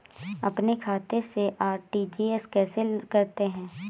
अपने खाते से आर.टी.जी.एस कैसे करते हैं?